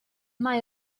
mae